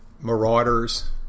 marauders